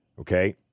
okay